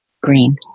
green